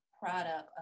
product